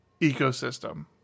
ecosystem